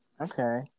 Okay